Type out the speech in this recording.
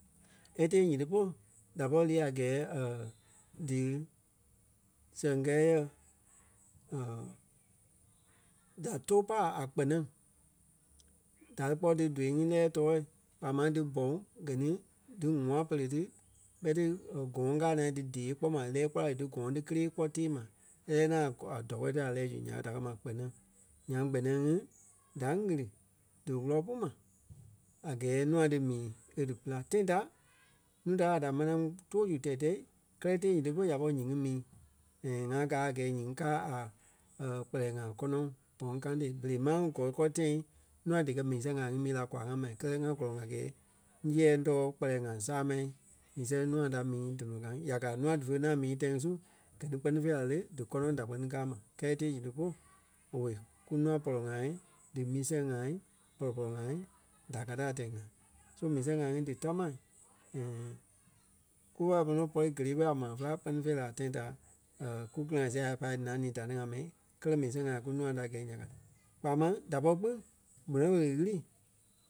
e tee nyiti polu da pɔri lii a gɛɛ dí sɛŋ kɛɛ yɛ da tóu paa a kpenɛŋ. Da lii kpɔ́ dí dóu ŋí lɛ́ɛ tooi kpaa máŋ dí bɔŋ gɛ ni dí ŋua pere ti bɛ ti gɔ̃ɔ̂ŋ ka naa dí dee kpɔ́ ma e lɛ́ɛ kpɔ́ la zu dí gɔ̃ɔ̂ŋ ti kélee kpɔ́ tee ma e lɛɛ nɔ a gɔ- tɔ̂ɔ ti a lɛɛ zu nya ɓé da kɛ́ ma kpenɛŋ. Nyaŋ kpenɛŋ ŋí da ɣili dí wúlɔ pu ma a gɛɛ nûa dí mii e dí pila. Tãi ta núu da ŋai da manaa too su tɛi-tɛ́i kɛ́lɛ tee nyiti polu ya pɔri nyiti ya pɔri nyiŋi mii. ŋa gáa a gɛɛ nyiŋi kaa a kpɛlɛɛ ŋai kɔnɔŋ boŋ county berei máŋ gɔ-gɔ tãi nûa díkɛ mii sɛŋ ŋai ŋí mii la kwaa ŋai ma kɛlɛ ŋa gɔlɔŋ a gɛɛ zéɛɛ tɔ̀ɔ kpɛlɛɛ ŋai sáma mii sɛŋ nûa da mii dɔnɔ ka ŋí. Ya gaa nûa dífe ŋaŋ mii tãi ŋi su gɛ ni kpɛ́ni fêi la le dí gɔnɔŋ da kpɛ́ni kaa ma kɛɛ tee nyiti polu owei kunûa pɔlɔ ŋai dí mii sɛŋ ŋai pɔlɔ-pɔlɔ ŋai da ka ti a tɛɛ-ŋa. So mii ŋai ŋí dí tamaa. Kufa pɔri nɔ pɔri gelee ɓoi a maa féla kpɛ́ni fêi la a tãi ta ku kili-ŋa sia a pai lânii da ní ŋai mɛi kɛlɛ mii sɛŋ ŋai kunûa da gɛi ya ka ti. kpaa máŋ da pɔri kpîŋ kpenɛŋ ɣele ɣili